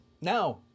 now